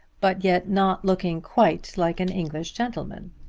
but yet not looking quite like an english gentleman.